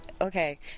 okay